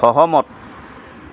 সহমত